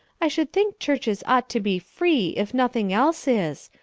i should think churches ought to be free, if nothing else is.